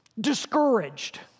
discouraged